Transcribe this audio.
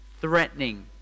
threatening